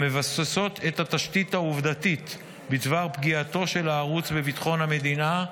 המבססת את התשתית העובדתית בדבר פגיעתו של הערוץ בביטחון המדינה,